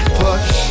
push